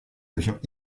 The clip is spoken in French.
avions